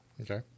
Okay